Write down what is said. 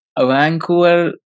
Vancouver